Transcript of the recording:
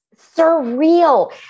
Surreal